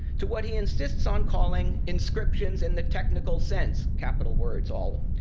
to what he insists on calling inscriptions in the technical sense, capital words, all.